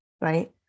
right